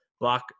block